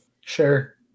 Sure